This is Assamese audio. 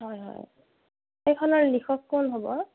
হয় হয় সেইখনৰ লিখক কোন হ'ব